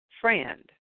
friend